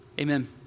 Amen